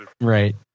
Right